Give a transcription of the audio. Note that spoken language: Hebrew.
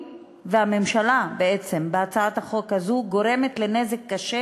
הממשלה בהצעת החוק הזו גורמת נזק קשה